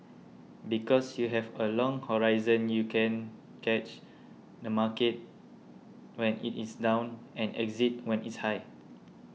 because you have a long horizon you can catch the market when it is down and exit when it's high